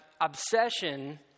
obsession